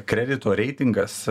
kredito reitingas